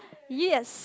yes